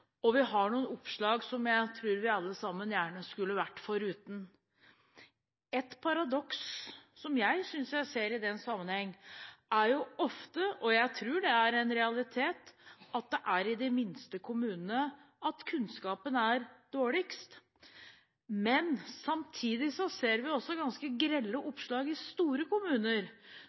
og vi har noen oppslag som jeg tror vi alle sammen gjerne skulle vært foruten. Ett paradoks som jeg synes jeg ser i den sammenheng, er at det ofte – og jeg tror det er en realitet – er i de minste kommunene at kunnskapen er dårligst. Men samtidig ser vi også ganske grelle oppslag i store kommuner,